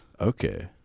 Okay